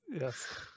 Yes